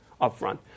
upfront